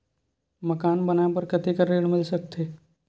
मकान बनाये बर कतेकन ऋण मिल सकथे?